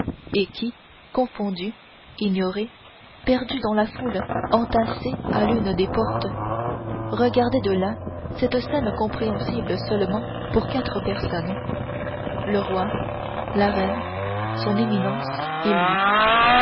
et qui confondu ignoré perdu dans la foule entassée à l'une des portes regardait de là cette scène compréhensible seulement pour quatre personnes le roi la reine son éminence et lui